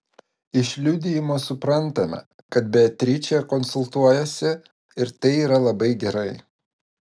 iš liudijimo suprantame kad beatričė konsultuojasi ir tai yra labai gerai